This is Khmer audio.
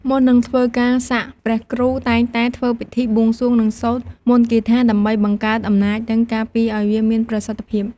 មុននឹងធ្វើការសាក់ ព្រះគ្រូតែងតែធ្វើពិធីបួងសួង និងសូត្រមន្តគាថា ដើម្បីបង្កើតអំណាច និងការពារអោយវាមានប្រសិទ្ធភាព។